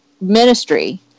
ministry